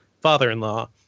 father-in-law